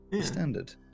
standard